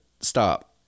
Stop